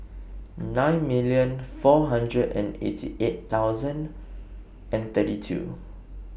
nine million four hundred and eighty eight thousand and thirty two